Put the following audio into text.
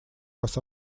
was